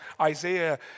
Isaiah